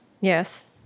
Yes